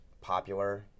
popular